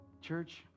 Church